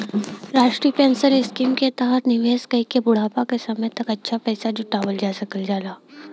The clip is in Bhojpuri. राष्ट्रीय पेंशन स्कीम के तहत निवेश कइके बुढ़ापा क समय तक अच्छा पैसा जुटावल जा सकल जाला